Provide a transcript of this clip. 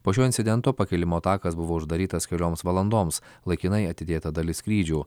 po šio incidento pakilimo takas buvo uždarytas kelioms valandoms laikinai atidėta dalis skrydžių